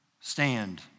stand